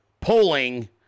polling